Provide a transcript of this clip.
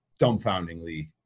dumbfoundingly